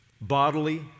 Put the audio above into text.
bodily